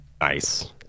nice